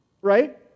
Right